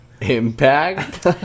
impact